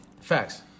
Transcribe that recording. Facts